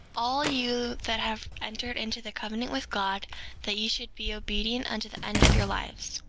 all you that have entered into the covenant with god that ye should be obedient unto the end of your lives.